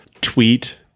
tweet